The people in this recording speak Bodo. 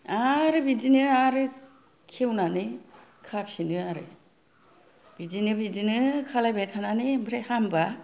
आरो बिदिनो आरो खेवनानै खाफिनो आरो बिदिनो खालायबाय थानानै ओमफ्राय हामबा